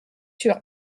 sur